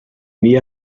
mila